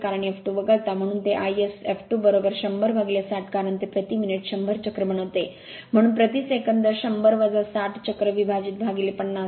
कारण f2 वगळता म्हणून ते iSf210060 कारण ते प्रति मिनिट 100 चक्र बनविते म्हणून प्रति सेकंद 10060 चक्र विभाजित 50